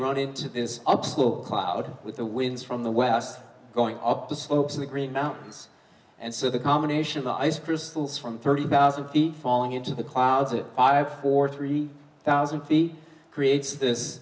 run into this upslope cloud with the winds from the west going up the slopes of the green mountains and so the combination of ice crystals from thirty thousand feet falling into the clouds it five or three thousand feet creates this